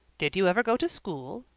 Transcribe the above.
did you ever go to school?